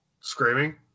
screaming